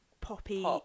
poppy